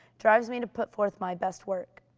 drives me to put forth my best work.